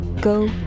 Go